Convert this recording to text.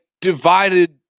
divided